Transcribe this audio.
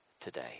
today